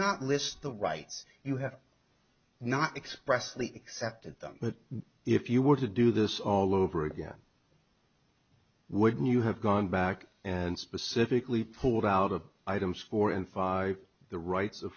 not list the rights you have not expressly excepted them but if you were to do this all over again would you have gone back and specifically pulled out of items four and five the rights of